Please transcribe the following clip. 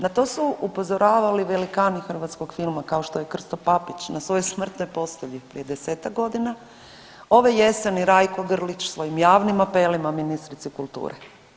Na to su upozoravali velikani hrvatskog filma kao što je Krsto Papić na svojoj smrtnoj postelji prije 10-tak godina, ove jeseni Rajko Grlić svojim javnim apelima ministrici kulture.